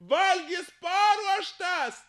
valgis paruoštas